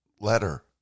letter